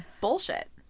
bullshit